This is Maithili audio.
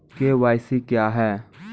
के.वाई.सी क्या हैं?